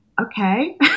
okay